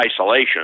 isolation